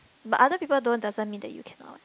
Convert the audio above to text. but other people don't doesn't mean that you cannot